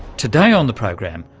today on the program,